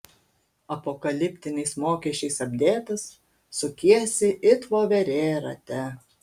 apokaliptiniais mokesčiais apdėtas sukiesi it voverė rate